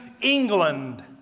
England